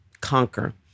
conquer